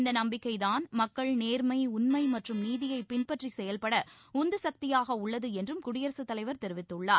இந்த நம்பிக்கைதான் மக்கள் நேர்மை உண்மை மற்றும் நீதியைப் பின்பற்றி செயல்பட உந்துசக்தியாக உள்ளது என்றும் குடியரசு தலைவர் தெரிவித்துள்ளார்